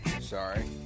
sorry